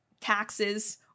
taxes